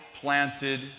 planted